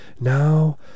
now